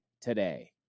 today